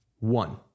one